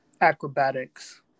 Acrobatics